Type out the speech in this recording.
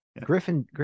Griffin